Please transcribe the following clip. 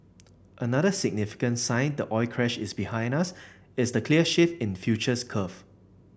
another significant sign the oil crash is behind us is the clear shift in futures curve